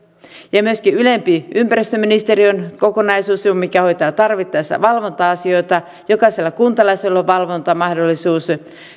ja myöskin ylempi ympäristöministeriön kokonaisuus mikä hoitaa tarvittaessa valvonta asioita jokaisella kuntalaisella on valvontamahdollisuus